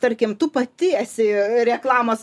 tarkim tu pati esi reklamos